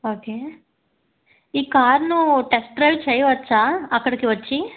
okay ఈ కార్ను test drive చేయవచ్చా అక్కడకి వచ్చి